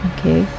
Okay